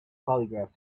polygraph